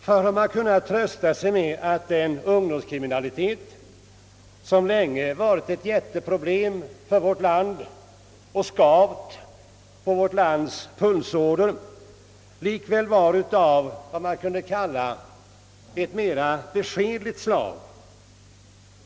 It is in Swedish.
Förr har man kunnat trösta sig med att den ungdomskriminalitet, som länge varit ett mycket stort problem för vårt land, likväl varit av ett ganska beskedligt slag.